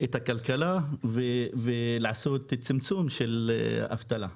את הכלכלה ולצמצם את האבטלה.